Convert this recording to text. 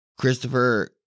Christopher